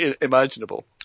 imaginable